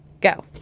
Go